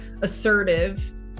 assertive